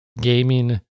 gaming